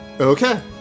okay